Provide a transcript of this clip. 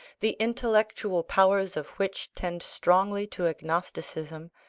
the intellectual powers of which tend strongly to agnosticism,